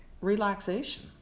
relaxation